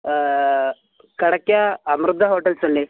കടയ്ക്കാ Amrita hotels അല്ലേ